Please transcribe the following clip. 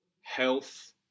health